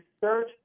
search